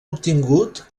obtingut